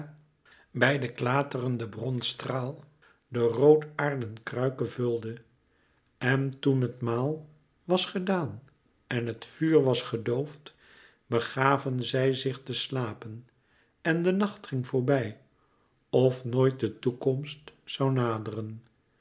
bij den klaterenden bronstraal de rood aarden kruike vulde en toen het maal was gedaan en het vuur was gedoofd begaven zij zich te slapen en de nacht ging voorbij of nooit de toekomst zoû naderen